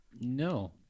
No